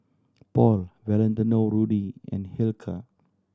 Paul Valentino Rudy and Hilker